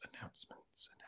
announcements